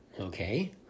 Okay